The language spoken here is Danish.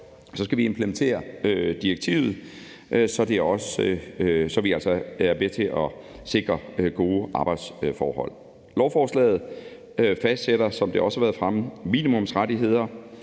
skal vi implementere direktivet, så vi er med til at sikre gode arbejdsforhold. Lovforslaget fastsætter, som det også